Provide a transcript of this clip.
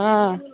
हां